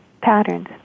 patterns